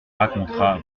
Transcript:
racontera